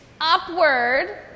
Upward